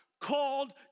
called